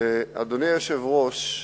אדוני היושב-ראש,